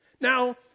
Now